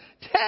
ten